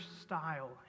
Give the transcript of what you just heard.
style